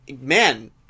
man